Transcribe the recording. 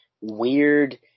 weird –